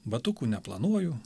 batukų neplanuoju